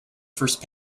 first